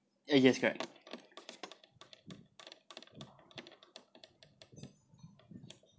uh yes correct